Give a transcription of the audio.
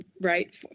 right